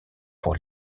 pour